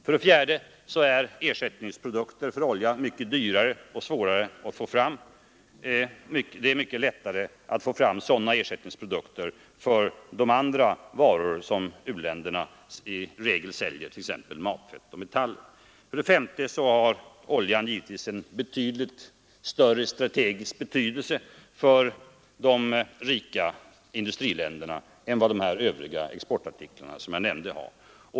För det fjärde är ersättningsprodukter för oljan mycket dyrare och svårare att få fram än ersättningsprodukter för de andra varor som u-länderna i regel säljer, t.ex. matfett och metaller. För det femte har oljan givetvis en betydligt större strategisk betydelse för de rika i-länderna än de övriga nämnda exportartiklarna har.